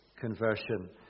conversion